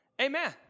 Amen